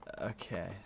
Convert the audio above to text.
Okay